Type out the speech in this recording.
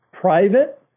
private